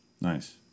Nice